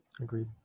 Agreed